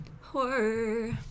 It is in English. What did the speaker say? Horror